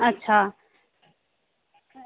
अच्छा